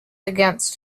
against